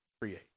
create